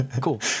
Cool